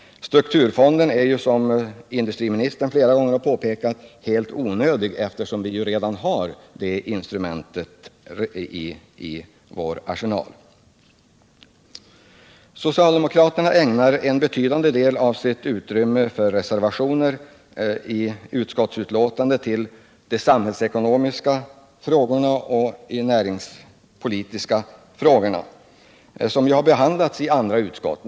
Strukturfonden är, som industriministern flera gånger har påpekat, helt onödig eftersom vi redan har det instrumentet i vår arsenal. Socialdemokraterna ägnar en betydande del av utrymmet i sina reservationer åt de samhällsekonomiska och näringspolitiska frågorna, som ju har behandlats i andra utskott.